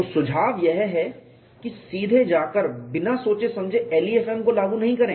तो सुझाव यह है कि सीधे जाकर बिना सोचे समझे LEFM को लागू नहीं करें